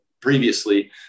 previously